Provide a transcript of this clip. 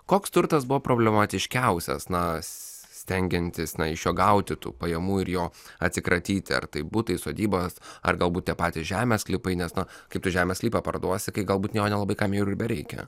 koks turtas buvo problematiškiausias na stengiantis ne iš jo gauti tų pajamų ir jo atsikratyti ar tai butai sodybas ar galbūt tie patys žemės sklypai nes na kaip tu žemės sklypą parduosi kai galbūt jo nelabai kam ir bereikia